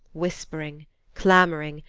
whispering clamoring,